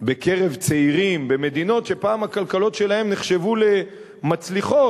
בקרב צעירים במדינות שפעם הכלכלות שלהן נחשבו מצליחות,